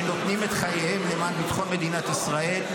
שנותנים את חייהם למען ביטחון מדינת ישראל.